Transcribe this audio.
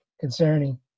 concerning